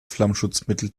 flammschutzmittel